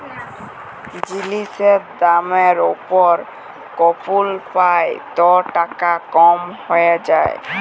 জিলিসের দামের উপর কুপল পাই ত টাকা কম হ্যঁয়ে যায়